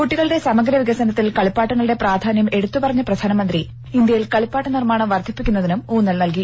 കുട്ടികളുടെ സമഗ്ര വികസനത്തിൽ കളിപ്പാട്ടങ്ങളുടെ പ്രാധാന്യം എടുത്തു പറഞ്ഞ പ്രധാനമന്ത്രി ഇന്ത്യയിൽ കളിപ്പാട്ട നിർമ്മാണം വർദ്ധിപ്പിക്കുന്നതിനും ഊന്നൽ നൽകി